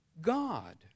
God